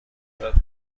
کرده